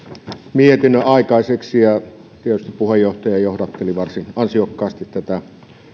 mietinnön aikaiseksi ja tietysti puheenjohtaja johdatteli varsin ansiokkaasti tätä